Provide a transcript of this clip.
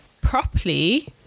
properly